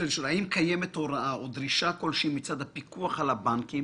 האם קיימת הוראה או דרישה כלשהי מצד הפיקוח על הבנקים